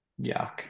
Yuck